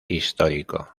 histórico